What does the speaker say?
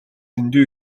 дэндүү